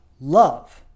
love